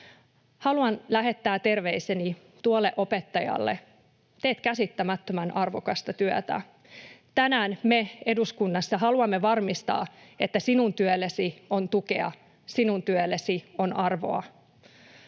Haluan lähettää terveiseni tuolle opettajalle: Teet käsittämättömän arvokasta työtä. Tänään me eduskunnassa haluamme varmistaa, että sinun työllesi on tukea, sinun työlläsi on arvoa.